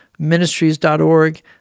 Ministries.org